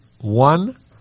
one